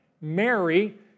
Mary